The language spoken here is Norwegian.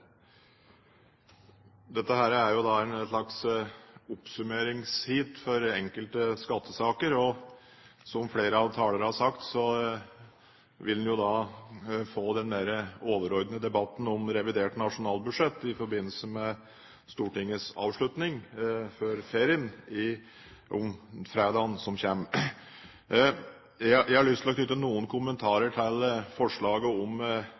er jo et slags oppsummeringsheat for enkelte skattesaker. Som flere av talerne har sagt, vil en få den mer overordnede debatten om revidert nasjonalbudsjett i forbindelse med Stortingets avslutning før ferien på fredag. Jeg har lyst til å knytte noen kommentarer til forslaget om